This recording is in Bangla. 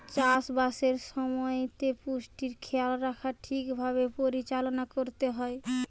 চাষ বাসের সময়তে পুষ্টির খেয়াল রাখা ঠিক ভাবে পরিচালনা করতে হয়